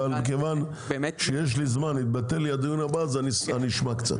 אבל מכיוון שיש לי זמן התבטל לי הדיון הבא אז אני אשמע קצת.